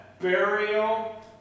burial